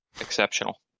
Exceptional